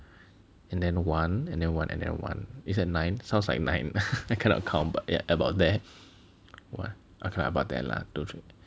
and then one and then one and then one is that nine sounds like nine I cannot count but about there !wah! okay lah about there lah